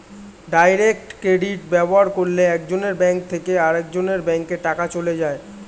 direct credit ব্যবহার করলে একজনের ব্যাঙ্ক থেকে আরেকজনের ব্যাঙ্কে টাকা চলে যায়